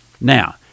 Now